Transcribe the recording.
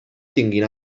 tinguin